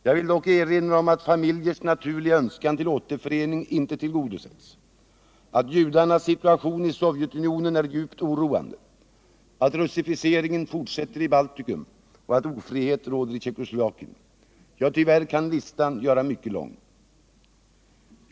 Jag vill dock erinra om att familjers naturliga önskan till återförening inte tillgodosetts, att judarnas situation i Sovjetunionen är djupt oroande, att russificeringen fortsätter i Balticum och att ofrihet råder i Tjeckoslovakien. Ja, tyvärr kan listan göras mycket lång.